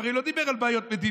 הוא הרי לא דיבר על בעיות מדיניות,